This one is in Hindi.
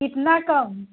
कितना कम